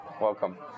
Welcome